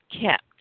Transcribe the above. kept